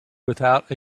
without